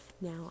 now